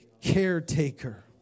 caretaker